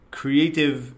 creative